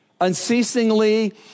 Unceasingly